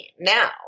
now